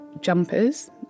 jumpers